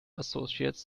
associates